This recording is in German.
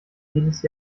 jedes